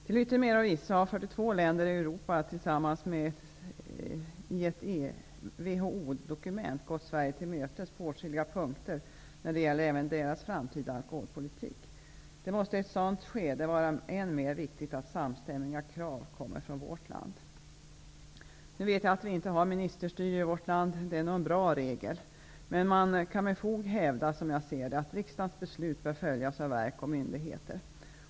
Till yttermera visso har 42 länder i Europa tillsammans i ett WHO-dokument gått Sverige till mötes på åtskilliga punkter när det gäller även deras framtida alkoholpolitik. Det måste i ett sådant skede vara än mera viktigt att samstämmiga krav kommer från vårt land. Nu vet jag att vi inte har ministerstyre i vårt land. Det är nog en bra regel. Men man kan med fog hävda, som jag ser det, att riksdagens beslut bör följas av verk och myndigheter.